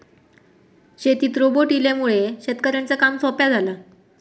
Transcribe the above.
शेतीत रोबोट इल्यामुळे शेतकऱ्यांचा काम सोप्या झाला